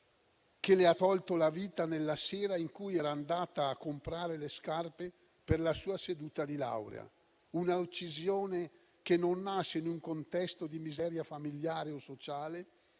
che le ha tolto la vita nella sera in cui era andata a comprare le scarpe per la sua seduta di laurea; una uccisione che non nasce in un contesto di miseria familiare o sociale